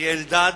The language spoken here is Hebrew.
אריה אלדד,